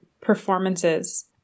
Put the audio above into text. performances